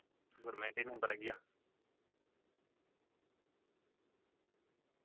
गोरमैंटे च नंबर आई गेआ